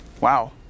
Wow